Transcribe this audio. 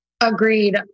Agreed